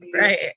right